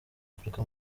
afurika